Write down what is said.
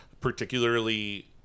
particularly